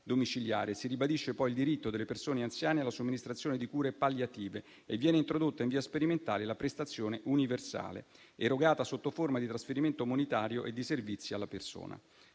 domiciliare. Si ribadisce poi il diritto delle persone anziane alla somministrazione di cure palliative e viene introdotta, in via sperimentale, la prestazione universale erogata sotto forma di trasferimento monetario e di servizi alla persona.